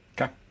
Okay